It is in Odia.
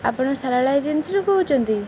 ଆପଣ ଶାରଳା ଏଜେନ୍ସିରୁ କହୁଛନ୍ତି